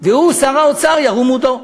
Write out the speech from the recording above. והוא שר האוצר, ירום הודו.